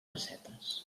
pessetes